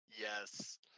Yes